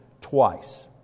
twice